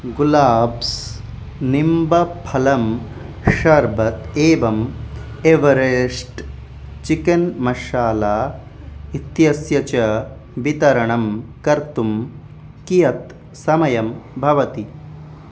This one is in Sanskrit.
गुलाब्स् निम्बफलं शर्बत् एवम् एवरेस्ट् चिकन् मशाला इत्यस्य च वितरणं कर्तुं कियत् समयं भवति